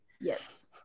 Yes